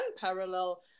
parallel